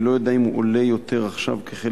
אני לא יודע אם הוא עולה יותר עכשיו כחלק